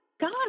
God